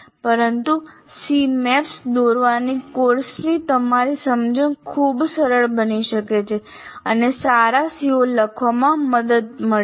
પરંતુ Cmaps દોરવાથી કોર્સની તમારી સમજણ ખૂબ સરળ બની શકે છે અને સારા CO લખવામાં મદદ મળે છે